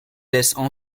laissent